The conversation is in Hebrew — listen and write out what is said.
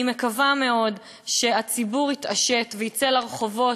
אני מקווה מאוד שהציבור יתעשת ויצא לרחובות,